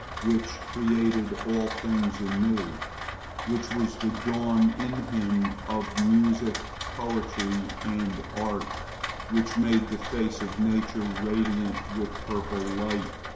which created all things anew which was the dawn in him of music, poetry, and art which made the face of nature radiant with purple light,